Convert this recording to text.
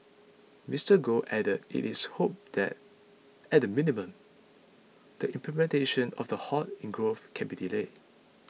Mister Goh added it is hoped that at the minimum the implementation of the halt in growth can be delayed